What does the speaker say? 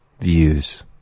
Views